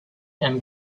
and